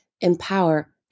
empower